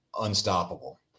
unstoppable